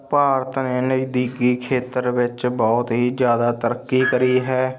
ਭਾਰਤ ਨੇ ਨਜਦੀਕੀ ਖੇਤਰ ਵਿੱਚ ਬਹੁਤ ਹੀ ਜ਼ਿਆਦਾ ਤਰੱਕੀ ਕਰੀ ਹੈ